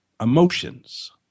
emotions